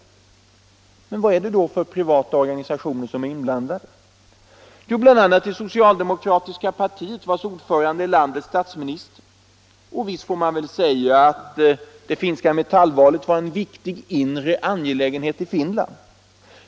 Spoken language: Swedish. Men vad är det för privata organisationer som är inblandade? Jo, bl.a. det svenska socialdemokratiska partiet vars ordförande är landets statsminister. Visst får man väl säga att det finska Metallvalet var en viktig inre angelägenhet i Finland.